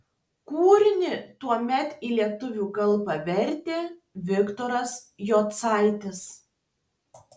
kūrinį tuomet į lietuvių kalbą vertė viktoras jocaitis